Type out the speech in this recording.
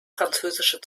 französische